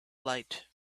light